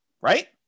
right